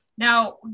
Now